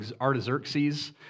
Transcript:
Artaxerxes